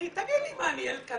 תגיד לי, מה אני ילד?